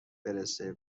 برسه